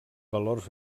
valors